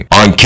on